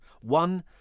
One